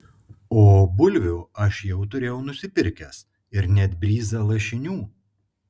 o bulvių aš jau turėjau nusipirkęs ir net bryzą lašinių